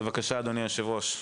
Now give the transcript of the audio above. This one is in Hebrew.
בבקשה, אדוני היושב-ראש.